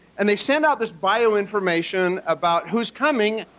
and they sent out this bio information about who's coming,